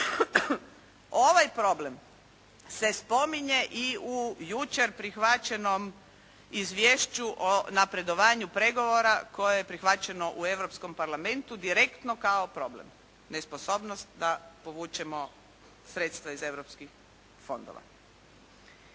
Ovaj problem se spominje i u jučer prihvaćenom izvješću o napredovanju pregovora koje je prihvaćeno u Europskom parlamentu direktno kao problem, nesposobnost da povučemo sredstva iz europskih fondova.